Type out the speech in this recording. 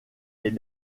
est